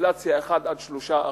אינפלציה 1% 3%,